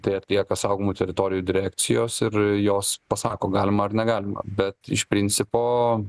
tai atlieka saugomų teritorijų direkcijos ir jos pasako galima ar negalima bet iš principo